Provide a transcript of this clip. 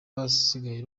basigaye